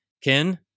Ken